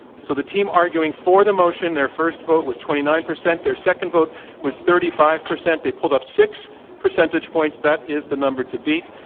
so the team arguing for the motion, their first vote was twenty nine percent. their second vote was thirty five percent. they pulled up six percentage points. that is the number to beat.